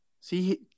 See